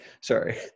Sorry